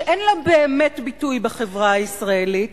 שאין לה באמת ביטוי בחברה הישראלית,